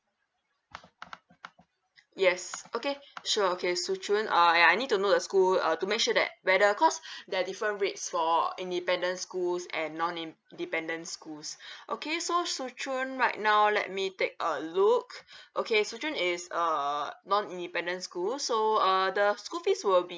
yes okay sure okay shu chun uh I need to know the school uh to make sure that whether cause there're different rates for independent schools and non independent schools okay so shu chun right now let me take a look okay shu chun is uh non independent school so uh the school fees will be